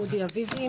אודי אביבי,